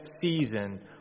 season